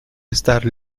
estar